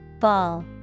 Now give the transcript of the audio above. Ball